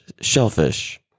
shellfish